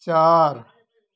चार